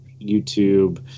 YouTube